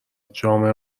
جامعه